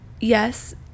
yes